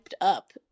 up